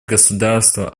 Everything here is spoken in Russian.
государства